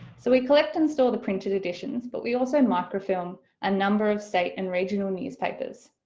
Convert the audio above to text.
so we collect and store the printed editions but we also microfilm a number of state and regional newspapers,